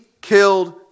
killed